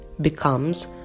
becomes